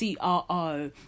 CRO